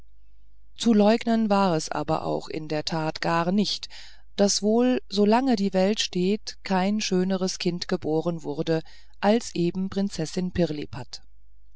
zu leugnen war es aber auch in der tat gar nicht daß wohl solange die welt steht kein schöneres kind geboren wurde als eben prinzessin pirlipat